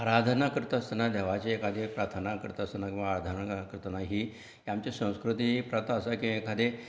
आराधना करता आसतना देवाची एखादें प्रार्थना करता आसतना किंवां आराधनां करतना ही आमची संस्कृती ही प्रथा आसा की एखादें